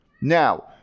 Now